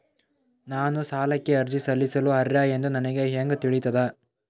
ನಾನು ಸಾಲಕ್ಕೆ ಅರ್ಜಿ ಸಲ್ಲಿಸಲು ಅರ್ಹ ಎಂದು ನನಗೆ ಹೆಂಗ್ ತಿಳಿತದ?